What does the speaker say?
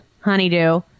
Honeydew